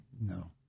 No